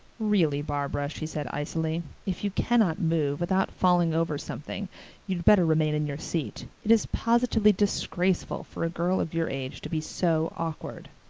really, barbara, she said icily, if you cannot move without falling over something you'd better remain in your seat. it is positively disgraceful for a girl of your age to be so awkward.